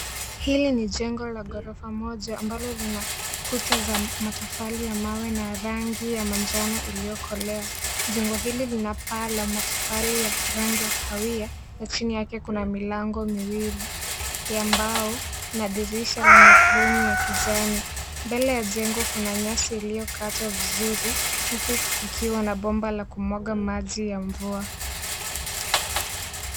Hili ni jengo la ghorofa moja ambalo lina kuta za matofali ya mawe na rangi ya manjano iliyokolea . Jengo hili Lina paa la matofali ya rangi ya kahawia na chini yake kuna milango miwili ya mbao na dirisha lenye fremu ya kijani. Mbele ya jengo kuna nyasi iliyokauka vizuri huku kukiwa na bomba la kumwaga maji ya mvua.